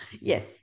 Yes